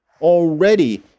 already